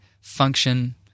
function